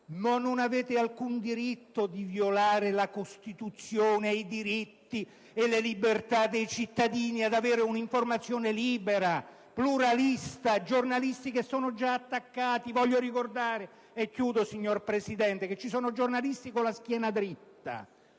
non avete alcun diritto di violare la Costituzione, le libertà dei cittadini e il diritto ad avere un'informazione libera, pluralistica. I giornalisti sono già attaccati: voglio ricordare - e termino, signor Presidente - che ci sono giornalisti con la schiena dritta,